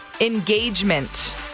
engagement